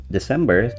December